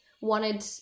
wanted